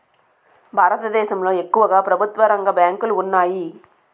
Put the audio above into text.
భారతదేశంలో ఎక్కువుగా ప్రభుత్వరంగ బ్యాంకులు ఉన్నాయి